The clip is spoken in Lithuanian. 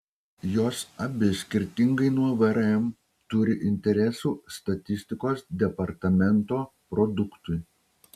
jos abi skirtingai nuo vrm turi interesų statistikos departamento produktui